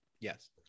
Yes